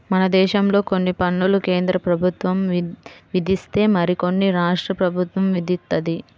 మనదేశంలో కొన్ని పన్నులు కేంద్రప్రభుత్వం విధిస్తే మరికొన్ని రాష్ట్ర ప్రభుత్వం విధిత్తది